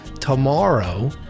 tomorrow